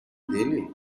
dele